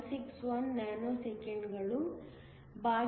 161 ನ್ಯಾನೋಸೆಕೆಂಡ್ಡ್ಗಳು ಬಾಗಿಸು 400 ನ್ಯಾನೋಸೆಕೆಂಡ್ಗಳು